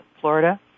Florida